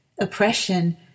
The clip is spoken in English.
oppression